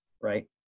right